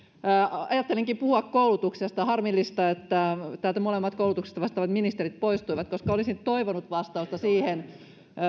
ajattelin puhua koulutuksesta ja on harmillista että täältä molemmat koulutuksesta vastaavat ministerit poistuivat koska olisin toivonut vastausta siihen